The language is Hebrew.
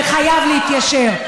וחייב להתיישר.